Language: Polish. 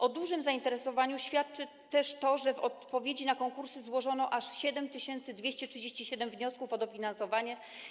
O dużym zainteresowaniu świadczy też to, że w odpowiedzi na konkursy złożono aż 7237 wniosków o dofinansowanie.